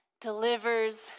delivers